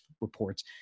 reports